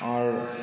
आओर